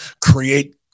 create